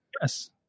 Yes